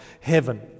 heaven